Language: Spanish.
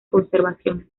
conservación